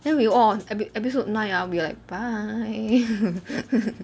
then we all on epi~ episode nine ah we like bye